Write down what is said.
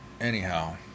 Anyhow